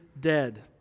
dead